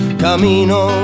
camino